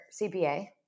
cpa